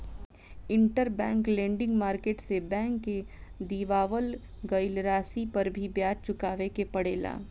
interbank lending market से bank के दिअवावल गईल राशि पर भी ब्याज चुकावे के पड़ेला